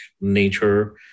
nature